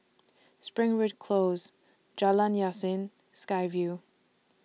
Springwood Close Jalan Yasin and Sky Vue